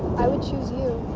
i would choose you.